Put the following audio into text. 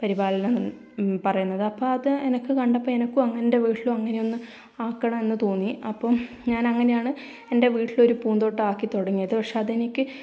പരിപാലനം പറയുന്നത് അപ്പം അത് എനിക്ക് കണ്ടപ്പം എനിക്കും അങ്ങ എൻ്റെ വീട്ടിലും അങ്ങനെയൊന്ന് ആക്കണമെന്ന് തോന്നി അപ്പം ഞാൻ അങ്ങനെയാണ് എൻ്റെ വീട്ടിലൊരു പൂന്തോട്ടം ആക്കി തുടങ്ങിയത് പക്ഷേ അതെനിക്ക്